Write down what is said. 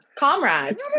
comrade